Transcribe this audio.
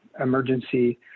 emergency